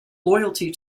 loyalty